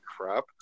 crap